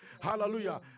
Hallelujah